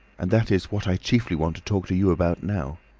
and that is what i chiefly want to talk to you about now.